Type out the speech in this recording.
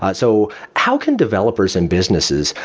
ah so how can developers and businesses,